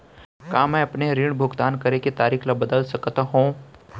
का मैं अपने ऋण भुगतान करे के तारीक ल बदल सकत हो?